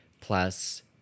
plus